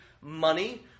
money